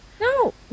No